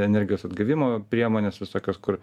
energijos atgavimo priemonės visokios kur